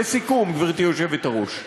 לסיכום, גברתי היושבת-ראש,